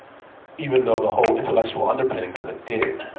even though the whole intellectual underpinnings of it did.